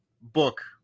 book